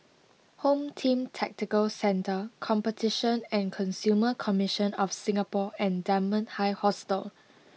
Home Team Tactical Centre Competition and Consumer Commission of Singapore and Dunman High Hostel